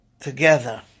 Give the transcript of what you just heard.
together